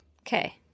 Okay